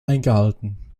eingehalten